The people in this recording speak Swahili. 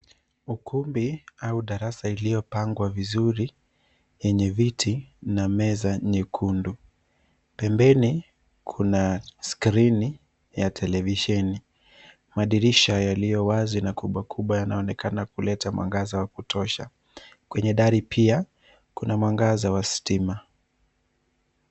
Ukumbi au darasa iliyopangwa vizuri, yenye viti na meza nyekundu. Pembeni kuna skirini ya televisheni. Madirisha yaliyo wazi na kubwa kubwa yanaonekana kuleta mwangaza wa kutosha. Kwenye dari pia, kuna mwangaza wa stima.